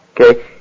Okay